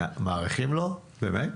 מאריכים לו, באמת?